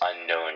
unknown